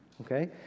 Okay